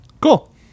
Cool